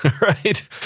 Right